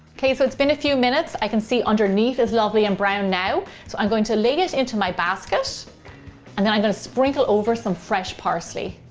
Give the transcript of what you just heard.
okay so it's been a few minutes, i can see underneath it's lovely and brown now, so i'm going to lay it into my basket, and then i'm gonna sprinkle over some fresh parsley.